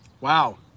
Wow